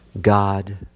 God